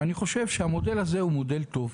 ואני חושב שהמודל הזה הוא מודל טוב.